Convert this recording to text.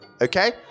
okay